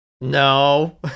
no